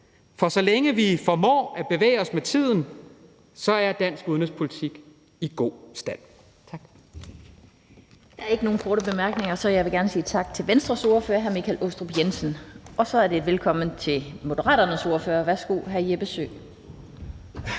For så længe vi formår at bevæge os med tiden, er dansk udenrigspolitik i god stand.